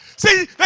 See